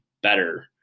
better